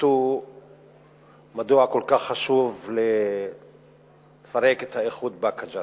פירטו מדוע כל כך חשוב לפרק את האיחוד באקה ג'ת,